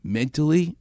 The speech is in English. mentally